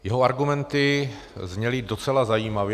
Jeho argumenty zněly docela zajímavě.